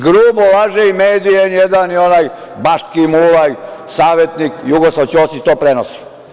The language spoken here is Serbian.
Grubo laže i medij N1 i onaj Baškim Ulaj, savetnik Jugoslav Ćosić to prenosi.